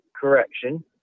correction